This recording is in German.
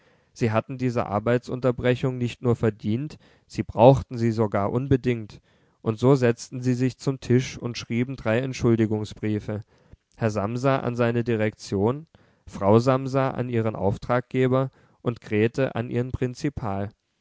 sie hatten diese arbeitsunterbrechung nicht nur verdient sie brauchten sie sogar unbedingt und so setzten sie sich zum tisch und schrieben drei entschuldigungsbriefe herr samsa an seine direktion frau samsa an ihren auftraggeber und grete an ihren prinzipal